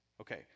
Okay